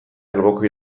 alboko